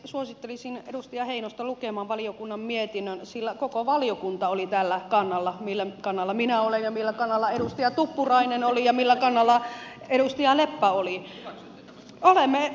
suosittelisin edustaja heinosta lukemaan valiokunnan mietinnön sillä koko valiokunta oli tällä kannalla millä kannalla minä olen ja millä kannalla edustaja tuppurainen oli ja millä kannalla edustaja leppä oli